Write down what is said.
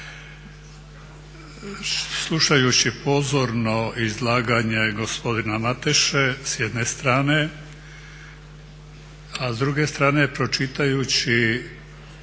Slušajući pozorno izlaganje gospodine Mateše s jedne strane, a s druge strane pročitajući